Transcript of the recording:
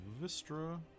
Vistra